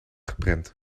geprent